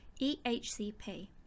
EHCP